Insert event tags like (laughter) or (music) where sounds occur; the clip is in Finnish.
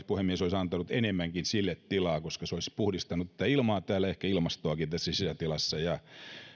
(unintelligible) puhemies olisi antanut enemmänkin sille tilaa koska se olisi puhdistanut ilmaa täällä ja ehkä ilmastoakin täällä sisätilassa ja